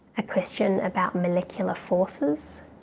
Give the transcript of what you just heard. a question about molecular forces,